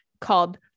called